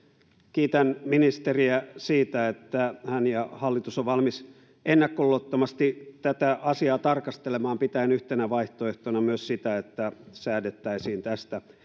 kiitän ministeriä siitä että hän ja hallitus on valmis ennakkoluulottomasti tätä asiaa tarkastelemaan pitäen yhtenä vaihtoehtona myös sitä että säädettäisiin tästä